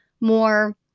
more